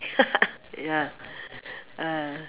ya ah